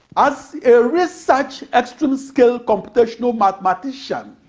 as a research extreme-scale computational mathematician,